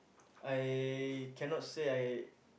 I cannot say I